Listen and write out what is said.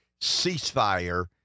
ceasefire